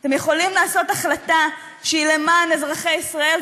אתם יכולים לקבל החלטה שהיא למען אזרחי ישראל,